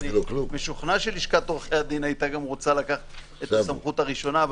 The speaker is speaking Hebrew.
אני משוכנע שלשכת עורכי הדין הייתה גם רוצה לקחת את הסמכות הראשונה,